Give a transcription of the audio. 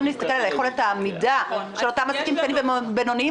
להסתכל על יכולת העמידה של אותם עסקים קטנים ובינוניים,